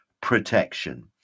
protection